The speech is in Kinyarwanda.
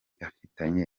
afitanye